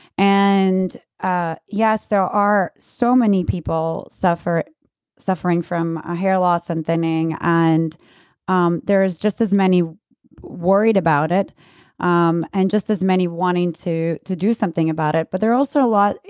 and ah yes, there are so many people suffering suffering from ah hair loss and thinning and um there's just as many worried about it um and just as many wanting to to do something about it. but there are also a lot.